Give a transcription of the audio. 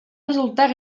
resultar